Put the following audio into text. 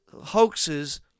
hoaxes